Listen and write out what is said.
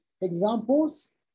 examples